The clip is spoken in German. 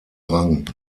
rang